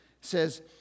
says